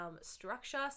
structure